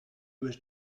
was